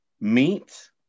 meat